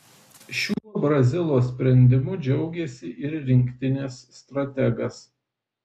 šiuo brazilo sprendimu džiaugėsi ir rinktinės strategas